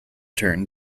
turn